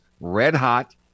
red-hot